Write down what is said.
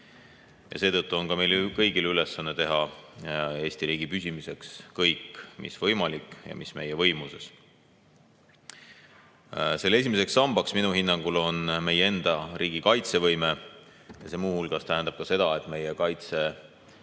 Seetõttu on meil kõigil ülesanne teha Eesti riigi püsimiseks kõik mis võimalik ja mis meie võimuses. Selle esimeseks sambaks minu hinnangul on meie enda riigi kaitsevõime, see muu hulgas tähendab seda, et meie